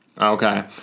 Okay